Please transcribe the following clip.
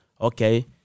okay